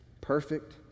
Perfect